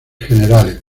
generales